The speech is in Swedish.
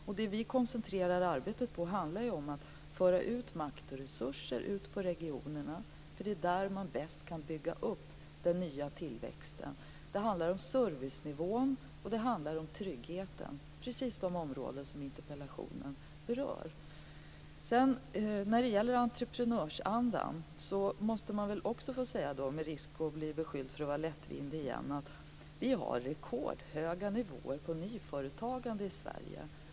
Det som vi koncentrerar arbetet på är att föra ut makt och resurser till regionerna, för det är där man bäst kan bygga upp den nya tillväxten. Det handlar om servicenivån, och det handlar om tryggheten, precis de områden som interpellationen berör. När det gäller entreprenörsandan måste jag också få säga, med risk för att bli beskylld för att vara lättvindig igen, att vi har rekordhöga nivåer på nyföretagande i Sverige.